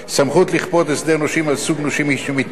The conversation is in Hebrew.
סמכות לכפות הסדר נושים על סוג נושים שמתנגד,